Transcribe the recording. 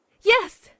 Yes